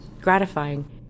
gratifying